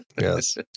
Yes